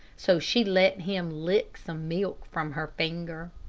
so she let him lick some milk from her finger.